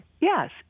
yes